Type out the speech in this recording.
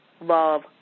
love